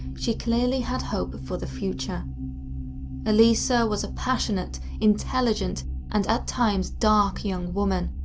she clearly had hope for the future elisa was a passionate, intelligent and at times dark young woman,